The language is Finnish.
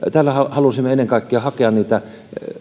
halusimme ennen kaikkea hakea niitä